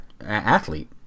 athlete